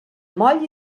moll